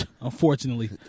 unfortunately